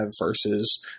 versus